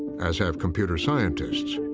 as have computer scientists,